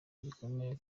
gikomeye